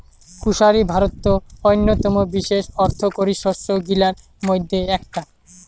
কুশারি ভারতত অইন্যতম বিশেষ অর্থকরী শস্য গিলার মইধ্যে এ্যাকটা